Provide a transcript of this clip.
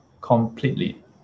completely